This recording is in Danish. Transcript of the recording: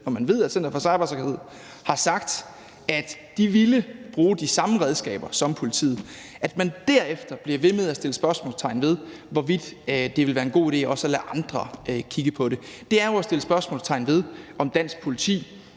og man ved, at Center for Cybersikkerhed har sagt, at de ville bruge de samme redskaber som politiet, men alligevel derefter bliver ved med at sætte spørgsmålstegn ved, hvorvidt det vil være en god idé også at lade andre kigge på det. Det er jo at sætte spørgsmålstegn ved, om dansk politi